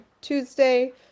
Tuesday